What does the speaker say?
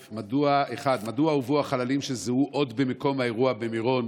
1. מדוע הובאו החללים שזוהו עוד במקום האירוע במירון